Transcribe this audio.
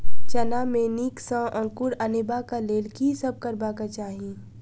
चना मे नीक सँ अंकुर अनेबाक लेल की सब करबाक चाहि?